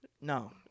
no